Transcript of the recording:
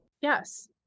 Yes